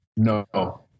No